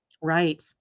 Right